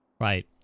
Right